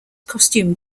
costume